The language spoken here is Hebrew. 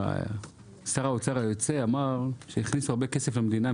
שר האוצר היוצא אמר שהכניסו הרבה כסף למדינה,